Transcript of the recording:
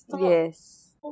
Yes